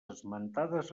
esmentades